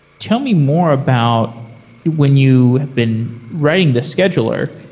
tell me more about when you have been writing this scheduler.